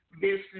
business